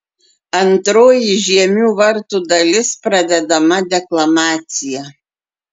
antroji žiemių vartų dalis pradedama deklamacija